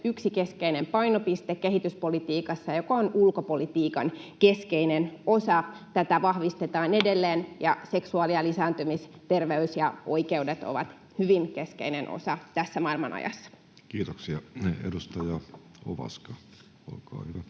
yksi keskeinen painopiste kehityspolitiikassa, joka on ulkopolitiikan keskeinen osa. Tätä vahvistetaan edelleen. Ja seksuaali‑ ja lisääntymisterveys ja ‑oikeudet ovat hyvin keskeinen osa tässä maailmanajassa. [Speech 119] Speaker: